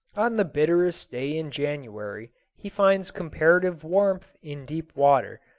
on the bitterest day in january he finds comparative warmth in deep water,